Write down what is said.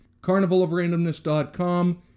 Carnivalofrandomness.com